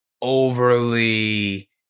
overly